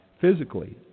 physically